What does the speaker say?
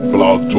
Blog